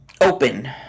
open